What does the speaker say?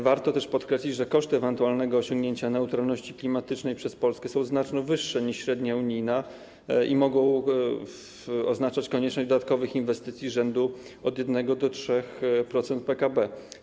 Warto też podkreślić, że koszty ewentualnego osiągnięcia neutralności klimatycznej przez Polskę są znacznie wyższe niż średnia unijna i mogą oznaczać konieczność dodatkowych inwestycji rzędu 1–3% PKB.